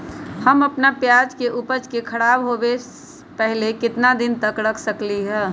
हम अपना प्याज के ऊपज के खराब होबे पहले कितना दिन तक रख सकीं ले?